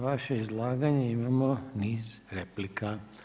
Na vaše izlaganje imamo niz replika.